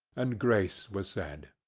and grace was said.